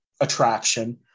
attraction